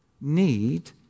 need